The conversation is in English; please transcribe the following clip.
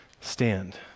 stand